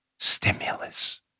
stimulus